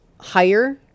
higher